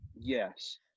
yes